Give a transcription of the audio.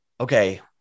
okay